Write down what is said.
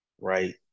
right